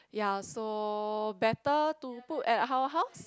ya so better to put at our house